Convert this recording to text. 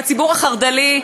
בציבור החרד"לי,